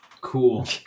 Cool